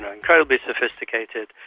incredibly sophisticated,